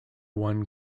one